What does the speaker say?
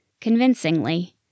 convincingly